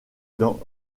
dans